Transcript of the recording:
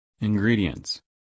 Ingredients